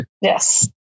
Yes